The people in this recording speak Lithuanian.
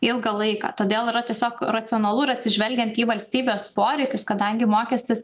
ilgą laiką todėl yra tiesiog racionalu ir atsižvelgiant į valstybės poreikius kadangi mokestis